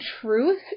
truth